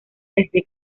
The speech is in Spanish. desde